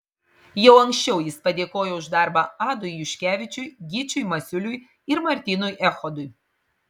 jau anksčiau jis padėkojo už darbą adui juškevičiui gyčiui masiuliui ir martynui echodui